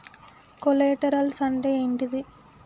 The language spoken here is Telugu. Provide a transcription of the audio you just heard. కొలేటరల్స్ అంటే ఏంటిది?